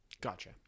Gotcha